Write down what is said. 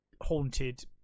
haunted